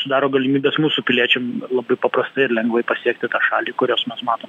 sudaro galimybes mūsų piliečiam labai paprasti ir lengvai pasiekti tą šalį kurios mes matom